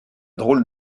drôle